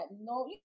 no